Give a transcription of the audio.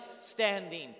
standing